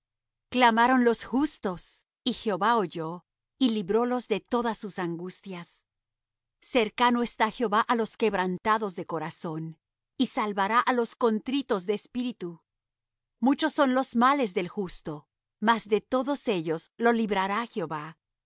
clamaron los justos y jehová oyó y librólos de todas sus angustias cercano está jehová á los quebrantados de corazón y salvará á los contritos de espíritu muchos son los males del justo mas de todos ellos lo librará jehová